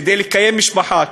כדי לקיים משפחה,